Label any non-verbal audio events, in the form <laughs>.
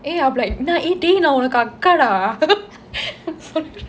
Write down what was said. eh I will be like eh dey நான் உனக்கு அக்கா:naan unakku akka dah <laughs>